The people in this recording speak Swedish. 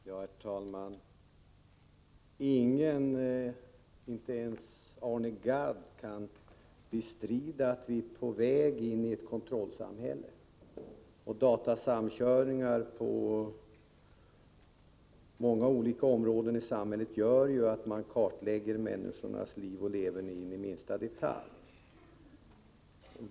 Herr talman! Ingen, inte ens Arne Gadd, kan bestrida att vi är på väg in i ett kontrollsamhälle. Datasamkörningar på många olika områden i samhället gör att man kartlägger människornas liv och leverne in i minsta detalj.